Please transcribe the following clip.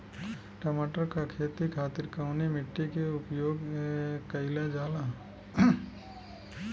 टमाटर क खेती खातिर कवने मिट्टी के उपयोग कइलजाला?